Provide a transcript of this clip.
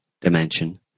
dimension